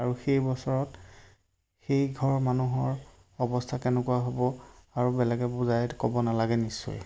আৰু সেই বছৰত সেই ঘৰ মানুহৰ অৱস্থা কেনেকুৱা হ'ব আৰু বেলেগে বুজাই ক'ব নালাগে নিশ্চয়